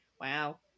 Wow